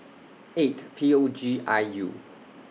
eight P O G I U